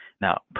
Now